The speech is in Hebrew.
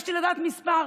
ביקשתי לדעת מספר,